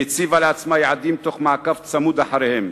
והציבה לעצמה יעדים תוך מעקב צמוד אחריהם,